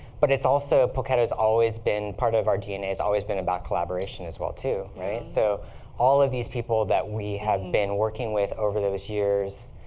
but it's also poketo has always been part of our dna has always been about collaboration as well too, right? so all of these people that we have been working with over those years,